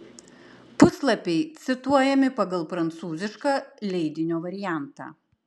puslapiai cituojami pagal prancūzišką leidinio variantą